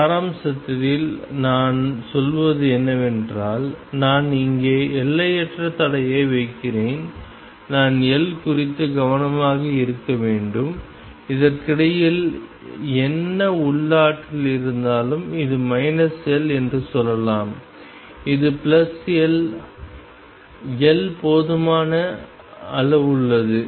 சாராம்சத்தில் நான் சொல்வது என்னவென்றால் நான் இங்கே எல்லையற்ற தடையை வைக்கிறேன் நான் L குறித்து கவனமாக இருக்க வேண்டும் இதற்கிடையில் என்ன உள்ளாற்றல் இருந்தாலும் இது L என்று சொல்லலாம் இது L L போதுமான அளவுள்ளது